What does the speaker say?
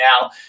now